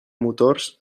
motors